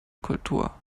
kultur